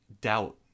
doubt